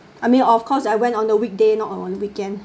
I mean of course I went on a weekday not on a weekend